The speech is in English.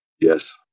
Yes